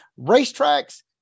Racetracks